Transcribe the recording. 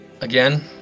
again